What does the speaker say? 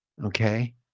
Okay